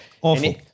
Awful